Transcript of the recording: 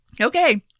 okay